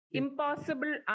impossible